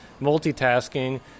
multitasking